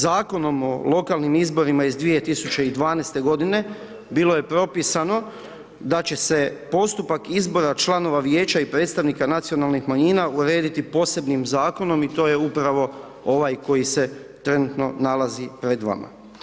Zakonom o lokalnim izborima iz 2012.g. bilo je propisano da će se postupak izbora članova vijeća i predstavnika nacionalnih manjina urediti posebnim zakonom i to je upravo ovaj koji se trenutno nalazi pred vama.